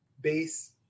base